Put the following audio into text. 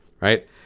right